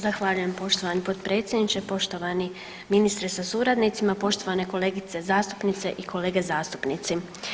Zahvaljujem poštovani potpredsjedniče, poštovani ministre sa suradnicima, poštovane kolegice zastupnice i kolege zastupnici.